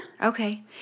Okay